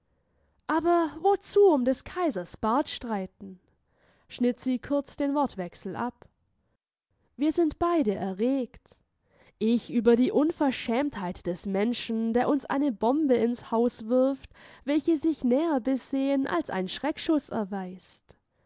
aber wozu um des kaisers bart streiten schnitt sie kurz den wortwechsel ab wir sind beide erregt ich über die unverschämtheit des menschen der uns eine bombe ins haus wirft welche sich näher besehen als ein schreckschuß erweist